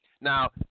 Now